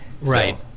Right